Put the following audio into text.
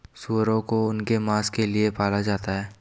सूअरों को उनके मांस के लिए पाला जाता है